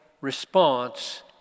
response